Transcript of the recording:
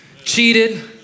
cheated